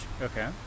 Okay